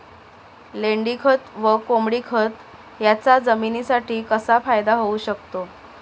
लेंडीखत व कोंबडीखत याचा जमिनीसाठी कसा फायदा होऊ शकतो?